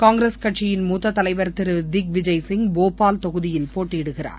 காங்கிரஸ் கட்சியின் மூத்த தலைவர் திரு திக்விஜய் சிங் போபால் தொகுதியில் போட்டியிடுகிறார்